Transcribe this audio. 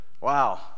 Wow